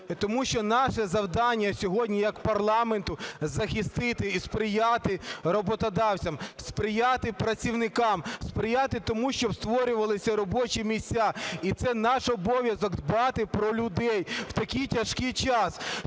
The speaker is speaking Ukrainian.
тому що наше завдання сьогодні як парламенту – захистити і сприяти роботодавцям, сприяти працівникам, сприяти тому, щоб створювались робочі місця. І це наш обов'язок дбати про людей в такій тяжкий час.